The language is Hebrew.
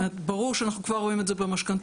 ברור שאנחנו כבר רואים את זה במשכנתאות,